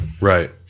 right